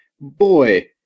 boy